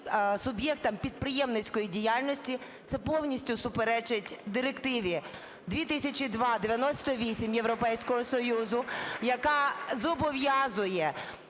суб'єктам підприємницької діяльності, це повністю суперечить Директиві 2002/98 Європейського Союзу, яка зобов'язує